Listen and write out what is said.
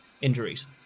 injuries